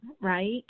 right